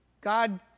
God